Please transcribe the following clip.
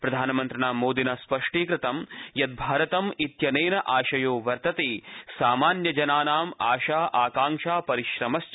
प्रधानमन्त्रिणा मोदिना स्पष्टीकृतं यत् भारतम् इत्यनेन आशयो वर्तते सामान्यजनानाम् आशा आकांक्षा परिश्रमश्च